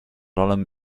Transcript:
allem